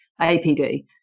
APD